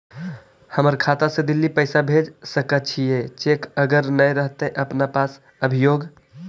हमर खाता से दिल्ली पैसा भेज सकै छियै चेक अगर नय रहतै अपना पास अभियोग?